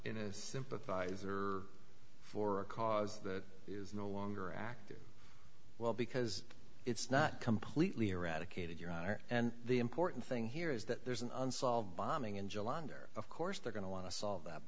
a sympathizer for a cause that is no longer active well because it's not completely eradicated your honor and the important thing here is that there's an unsolved bombing in july and there of course they're going to want to solve that